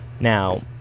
Now